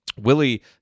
Willie